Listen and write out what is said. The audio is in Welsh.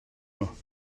nhw